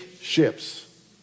ships